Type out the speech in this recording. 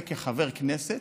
כחברי כנסת,